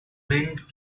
wind